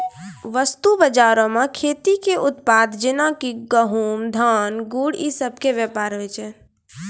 वस्तु बजारो मे खेती के उत्पाद जेना कि गहुँम, धान, गुड़ इ सभ के व्यापार होय छै